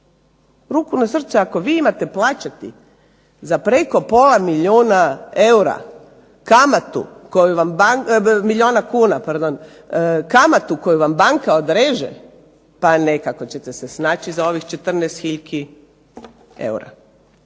Ruku na srce, ako vi imate plaćati za preko pola milijuna kuna kamatu koju vam banka odreže pa nekako ćete se snaći za ovih 14 hiljki eura.